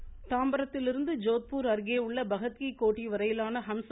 ரயில் தாம்பரத்திலிருந்து ஜோத்பூர் அருகே உள்ள பகத் கீ கோட்டி வரையிலான ஹம்ச